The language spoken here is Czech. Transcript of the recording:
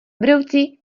brouci